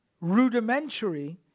rudimentary